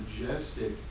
majestic